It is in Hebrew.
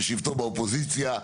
ושיפתור באופוזיציה,